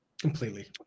Completely